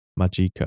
Magica